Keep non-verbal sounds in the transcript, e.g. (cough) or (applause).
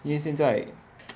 因为现在 (noise)